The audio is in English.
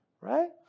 right